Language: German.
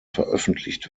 veröffentlicht